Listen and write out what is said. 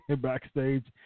Backstage